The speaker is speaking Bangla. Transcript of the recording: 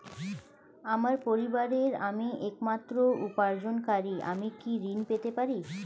আমার পরিবারের আমি একমাত্র উপার্জনকারী আমি কি ঋণ পেতে পারি?